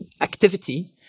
activity